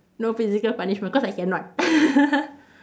no physical punishment cause I cannot